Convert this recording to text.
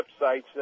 websites